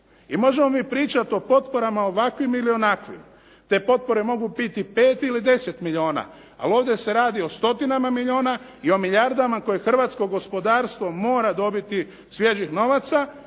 I možemo mi pričati o potporama ovakvim ili onakvim, te potpore mogu biti 5 ili 10 milijuna. Ali ovdje se radi o stotinama milijuna i o milijardama koje hrvatsko gospodarstvo mora dobiti svježih novaca.